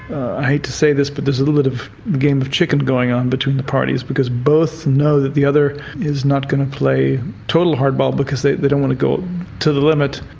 i hate to say this, but there's a little bit of the game of chicken going on between the parties, because both know that the other is not going to play total hardball, because they they don't want to go to the limit.